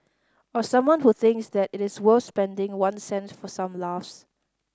or someone who thinks that it is worth spending one cent for some laughs